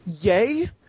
Yay